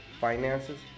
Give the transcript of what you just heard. finances